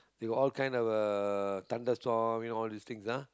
they got all kind of a uh thunderstorm you know all these things ah